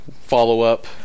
follow-up